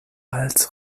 als